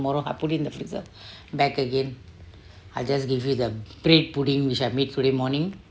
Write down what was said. tomorrow I put it in the freezer back again I just give you the bread pudding which have made today morning